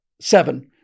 Seven